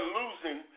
losing